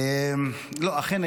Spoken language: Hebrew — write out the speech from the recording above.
אכן,